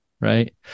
Right